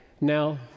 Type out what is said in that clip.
Now